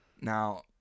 Now